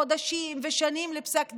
חודשים ושנים לפסק דין.